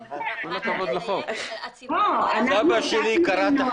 הציבור על כך שיש להם אפשרות לבקש אמצעים להיוועדות חזותית?